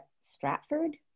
stratford